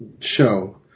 show